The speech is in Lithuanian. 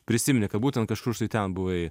prisimeni kad būtent kažkur štai ten buvai